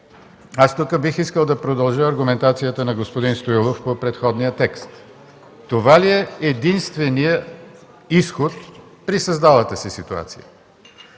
Тук бих искал да продължа аргументацията на господин Стоилов по предходния текст. Това ли е единственият изход при създалата се ситуация?